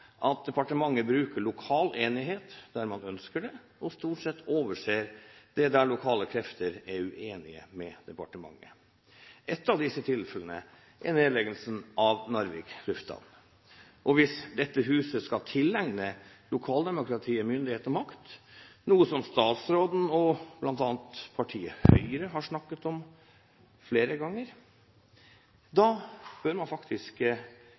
at departementet bruker lokal enighet når man ønsker det, og stort sett overser det når lokale krefter er uenige med departementet. Ett av disse tilfellene er nedleggelsen av Narvik lufthavn. Og hvis dette huset skal tilregne lokaldemokratiet myndighet og makt, noe som statsråden og bl.a. partiet Høyre har snakket om flere ganger, bør man faktisk